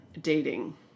dating